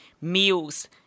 meals